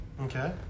Okay